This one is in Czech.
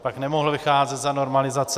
Pak nemohl vycházet za normalizace.